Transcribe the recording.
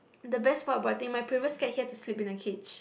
the best part about him my previous cat he had to sleep in a cage